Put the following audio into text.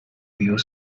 you